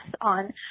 on